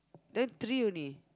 then three only